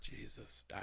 Jesus